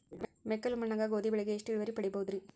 ಮೆಕ್ಕಲು ಮಣ್ಣಾಗ ಗೋಧಿ ಬೆಳಿಗೆ ಎಷ್ಟ ಇಳುವರಿ ಪಡಿಬಹುದ್ರಿ?